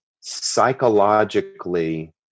psychologically